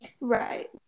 right